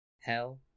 hell